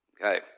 Okay